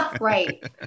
Right